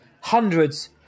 hundreds